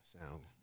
Sound